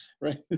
Right